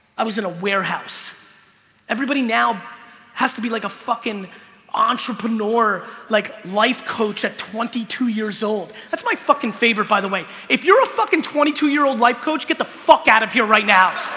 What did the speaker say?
i was in a warehouse everybody now has to be like a fucking entrepreneur like life coach at twenty two years old. that's my fucking favorite by the way, if you're a fucking twenty two year old life coach get the fuck out of here right now